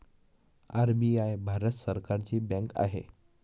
RBI Bharat सरकारची bank आहे